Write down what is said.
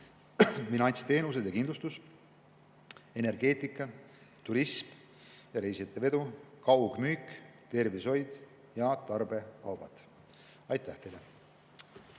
finantsteenused ja kindlustus, energeetika, turism ja reisijate vedu, kaugmüük, tervishoid ja tarbekaubad. Aitäh teile!